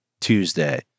Tuesday